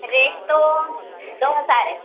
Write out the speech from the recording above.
rate تو دو ہزار ہے